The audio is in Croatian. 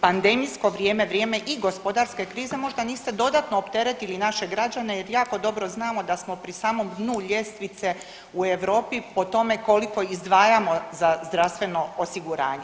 pandemijsko vrijeme, vrijeme i gospodarske krize možda niste dodatno opteretili naše građane jer jako dobro znamo da smo pri samom dnu ljestvice u Europi po tome koliko izdvajamo za zdravstveno osiguranje?